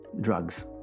drugs